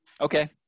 Okay